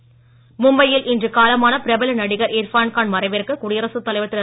இர்ஃபான் கான் மும்பையில் இன்று காலமான பிரபல நடிகர் இர்ஃபான் கான் மறைவிற்கு குடியரசுத் தலைவர் திரு